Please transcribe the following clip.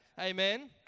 Amen